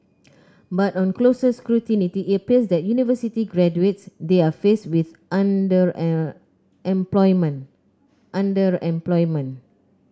but on closer scrutiny it appears that university graduates there are faced with under an employment underemployment